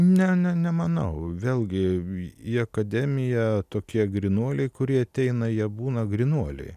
nenenemanau vėlgi į akademiją tokie grynuoliai kurie ateina jie būna grynuoliai